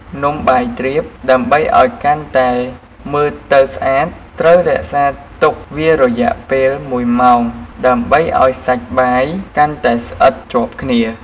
នំបាយទ្រាបដើម្បីឱ្យកាន់តែមើលទៅស្អាត ត្រូវរក្សាទុកវារយៈពេលមួយម៉ោងដើម្បីឱ្យសាច់បាយកាន់តែស្អិតជាប់គ្នា។